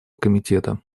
комитета